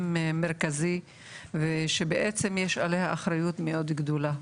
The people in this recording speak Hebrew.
מרכזי ושבעצם יש עליה אחריות מאוד גדולה,